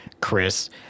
chris